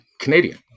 Canadian